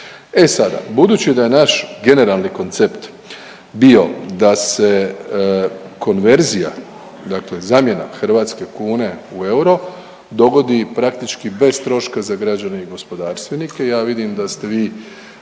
E sada, budući da je naš generalni koncept bio da se konverzija, dakle zamjena hrvatske kune u euro dogodi praktički bez troška za građane i gospodarstvenike. Ja vidim da ste vi